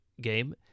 game